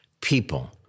people